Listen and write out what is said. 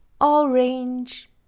Orange